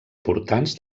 portants